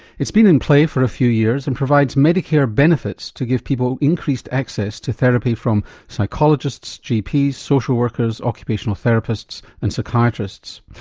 it's been in play for a few years and provides medicare benefits to give people increased access to therapy from psychologists, gps, social workers, occupational therapists and psychiatrists.